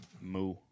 Moo